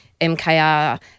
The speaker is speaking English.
MKR